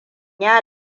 ya